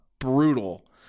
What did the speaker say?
brutal